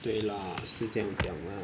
对啦是这样讲啦